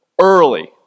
early